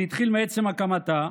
זה התחיל מעצם הקמתה,